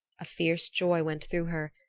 a fierce joy went through her,